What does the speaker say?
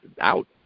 out